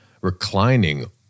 reclining